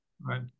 Right